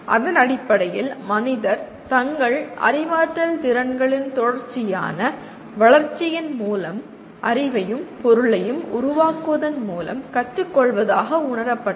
அதன் அடிப்படையில் மனிதர் தங்கள் அறிவாற்றல் திறன்களின் தொடர்ச்சியான வளர்ச்சியின் மூலம் அறிவையும் பொருளையும் உருவாக்குவதன் மூலம் கற்றுக்கொள்வதாக உணரப்பட்டது